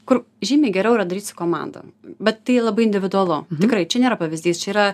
kur žymiai geriau yra daryt su komanda bet tai labai individualu tikrai čia nėra pavyzdys čia yra